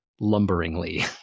lumberingly